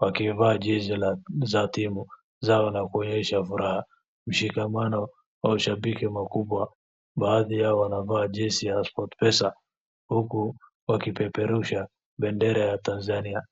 wakivaa jezi za timu zao na kuonyesha furaha, ushikamano wa ushabiki mkubwa. Baadhi yao wanavaa jezi ya SportPesa huku wakipeperusha bendera ya Tanzania.